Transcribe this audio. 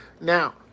Now